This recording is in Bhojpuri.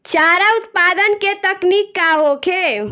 चारा उत्पादन के तकनीक का होखे?